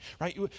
right